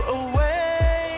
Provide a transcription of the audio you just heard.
away